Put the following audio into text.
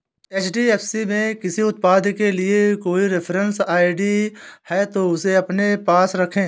HDFC में किसी उत्पाद के लिए कोई रेफरेंस आई.डी है, तो उसे अपने पास रखें